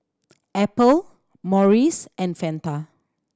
Apple Morries and Fanta